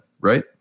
right